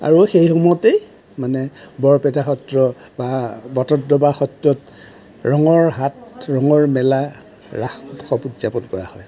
আৰু সেই সময়তেই মানে বৰপেটা সত্ৰ বা বটদ্ৰৱা সত্ৰ য'ত ৰঙৰ হাট ৰঙৰ মেলা ৰাস উৎসৱ উদযাপন কৰা হয়